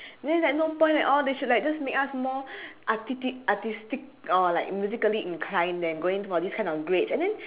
then it's like no point at all they should like make us more artistic or like musically inclined than going for this kind of grades and then